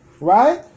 right